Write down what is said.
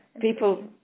People